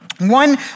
One